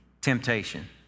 temptation